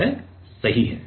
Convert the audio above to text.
यह सही है